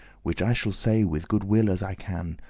which i shall say with good will as i can.